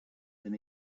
than